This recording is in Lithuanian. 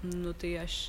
nu tai aš